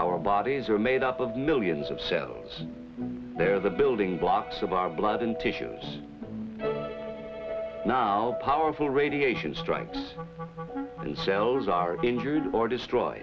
our bodies are made up of millions of cells there the building blocks of our blood and tissues now powerful radiation strikes and cells are injured or destroy